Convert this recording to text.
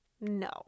no